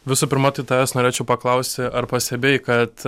visų pirma tai tavęs norėčiau paklausti ar pastebėjai kad